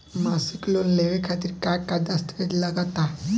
मसीक लोन लेवे खातिर का का दास्तावेज लग ता?